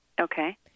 Okay